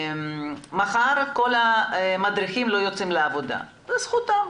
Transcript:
מחר כל המדריכים לא יוצאים לעבודה וזו זכותם,